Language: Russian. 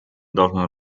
должно